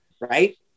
Right